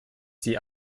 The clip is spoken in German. sie